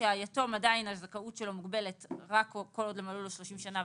שבו הזכאות של היתום מוגבלת רק כל עוד לא מלאו לו 30 שנה,